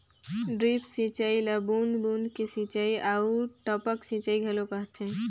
drip सिंचई ल बूंद बूंद के सिंचई आऊ टपक सिंचई घलो कहथे